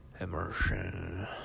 immersion